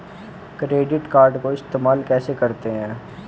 Credit card को इस्तेमाल कैसे करते हैं?